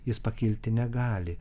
jis pakilti negali